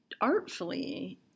artfully